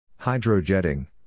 Hydrojetting